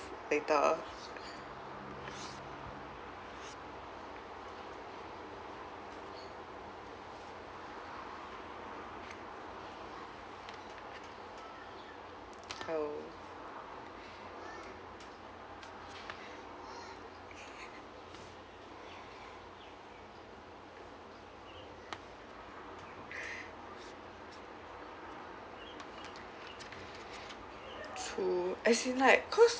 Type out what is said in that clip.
later oh true as in like because